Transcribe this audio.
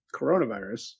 coronavirus